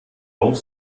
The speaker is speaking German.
auch